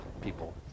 people